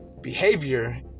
behavior